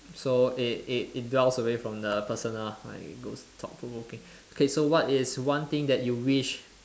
so it it it dwells away from the personal like those thought provoking okay so what is one thing that you wish